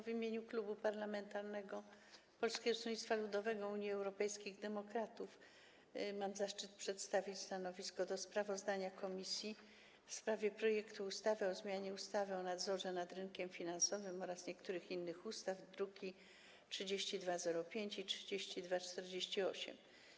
W imieniu Klubu Poselskiego Polskiego Stronnictwa Ludowego - Unii Europejskich Demokratów mam zaszczyt przedstawić stanowisko co do sprawozdania komisji w sprawie projektu ustawy o zmianie ustawy o nadzorze nad rynkiem finansowym oraz niektórych innych ustaw, druki nr 3205 i 3248.